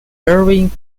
irving